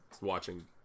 watching